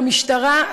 במשטרה,